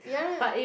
ya lah